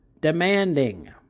demanding